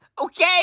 Okay